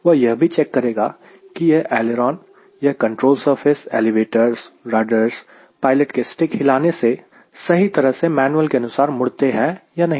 वह यह भी चेक करेगा की यह ऐलेरोन यह control surface elevators rudder pilot के स्टिक हिलाने से सही तरह से मैनुअल के अनुसार मुड़ते हैं या नहीं